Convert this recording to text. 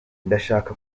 ndashaka